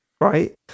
right